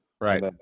Right